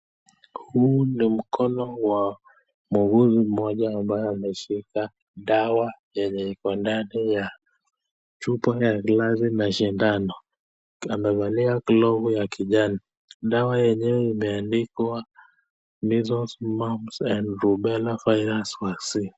Huu ni mkono wa muuguzi moja ambaye ameshika dawa enye iko ndani ya chupa ya glasi na shindano, amevalia glovu ya kijani, dawa enyewe imeandikwa measles, mumps and rubelle virus vaccine.